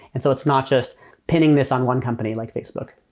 and so it's not just pinning this on one company like facebook